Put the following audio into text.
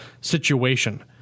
situation